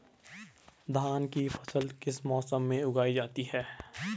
धान की फसल किस मौसम में उगाई जाती है?